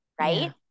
Right